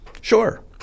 Sure